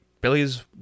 billy's